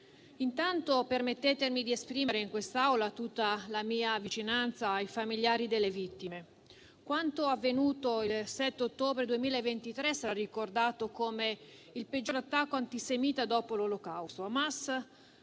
intanto permettetemi di esprimere in quest'Aula tutta la mia vicinanza ai familiari delle vittime: quanto avvenuto il 7 ottobre 2023 sarà ricordato come il peggior attacco antisemita dopo l'Olocausto.